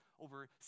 over